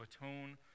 atone